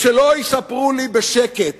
ושלא יספרו לי בשקט,